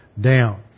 down